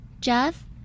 Jeff